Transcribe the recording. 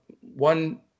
one